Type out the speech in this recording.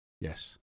yes